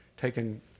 taken